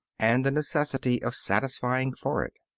and the necessity of satisfying for it.